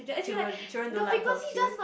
children children don't like her she always